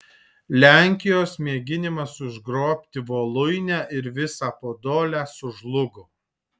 lenkijos mėginimas užgrobti voluinę ir visą podolę sužlugo